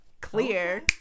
clear